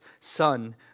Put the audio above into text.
Son